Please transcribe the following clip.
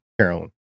Carolyn